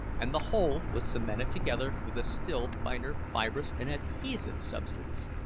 and the whole was cemented together with a still finer fibrous and adhesive substance.